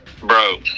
Bro